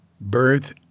birth